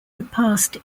surpassed